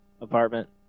apartment